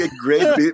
great